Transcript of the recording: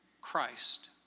Christ